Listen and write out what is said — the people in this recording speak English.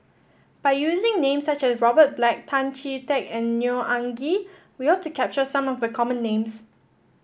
by using names such as Robert Black Tan Chee Teck and Neo Anngee we hope to capture some of the common names